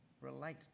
relate